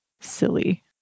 silly